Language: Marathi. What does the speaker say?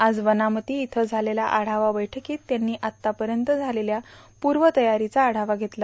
आज वनामाती इथं झालेल्या आढावा बैठकीत त्यांनी आत्तापर्यंत झालेल्या पूर्व तयारीचा आढावा घेतला